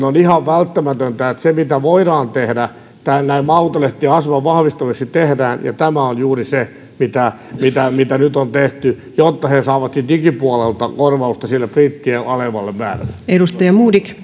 on ihan välttämätöntä että se mitä voidaan tehdä maakuntalehtien aseman vahvistamiseksi tehdään ja tämä on juuri se mitä mitä nyt on tehty jotta he saavat digipuolelta korvausta printtien alenevalle määrälle